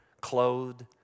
clothed